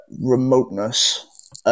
remoteness –